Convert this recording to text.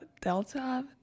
Delta